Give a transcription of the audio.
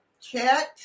chat